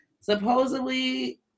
supposedly